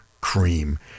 cream